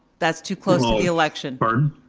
that's too close to the election. pardon?